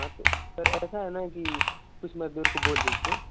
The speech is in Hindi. हाँ तो सर ऐसा है न कि कुछ मजदूर को बोल दीजिए